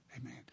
Amen